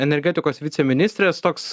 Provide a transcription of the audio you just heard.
energetikos viceministrės toks